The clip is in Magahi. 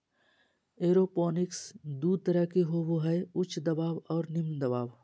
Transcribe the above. एरोपोनिक्स दू तरह के होबो हइ उच्च दबाव और निम्न दबाव